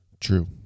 True